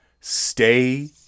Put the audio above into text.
Stay